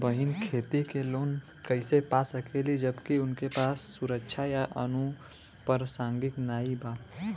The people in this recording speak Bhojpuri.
हमार बहिन खेती के लोन कईसे पा सकेली जबकि उनके पास सुरक्षा या अनुपरसांगिक नाई बा?